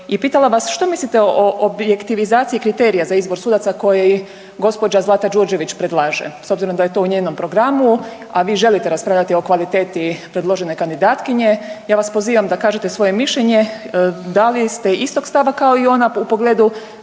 i pitala vas. Što mislite o objektivizaciji kriterija za izbor sudaca koje gospođa Zlata Đurđević predlaže s obzirom da je to u njenom programu, a vi želite raspravljati o kvaliteti predložene kandidatkinje? Ja vas pozivam da kažete svoje mišljenje da li ste istog stava kao i ona u pogledu